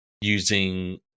using